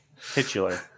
Titular